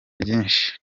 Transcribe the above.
byinshi